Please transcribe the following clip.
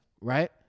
Right